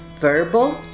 verbal